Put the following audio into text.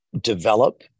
develop